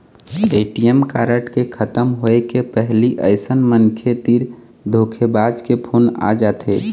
ATM card के खतम होए के पहिली अइसन मनखे तीर धोखेबाज के फोन आ जाथे